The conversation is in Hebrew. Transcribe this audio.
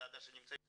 הוועדה שנמצאים כאן,